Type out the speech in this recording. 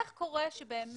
איך קורה שבאמת